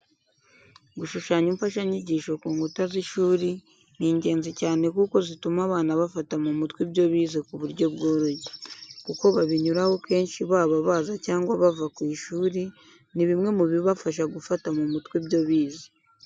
Gushushanya imfashanyigisho ku nkuta z'ishuri ni ingenzi cyane kuko zituma abana bafata mu mutwe ibyo bize ku buryo bworoshye. Uko babinyuraho kenshi baba baza cyangwa bava ku ishuri ni bimwe mu bibafasha gufata mu mutwe ibyo bize.